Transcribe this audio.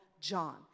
John